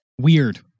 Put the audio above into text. Weird